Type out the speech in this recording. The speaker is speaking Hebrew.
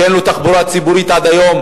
שאין לו תחבורה ציבורית מסודרת עד היום,